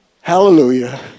Hallelujah